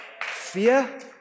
fear